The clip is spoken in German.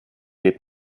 geht